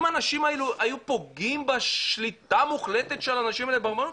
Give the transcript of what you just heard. אם האנשים האלה היו פוגעים בשליטה המוחלטת של האנשים האלה ברבנות,